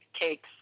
takes